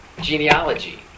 genealogy